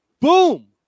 Boom